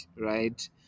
right